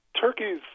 Turkey's